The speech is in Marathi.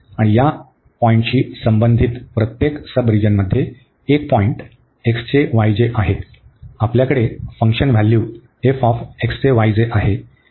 आणि या पॉईंटशी संबंधित प्रत्येक सबरिजनमध्ये एक पॉईंट आहे आपल्याकडे फंक्शन व्हॅल्यू आहे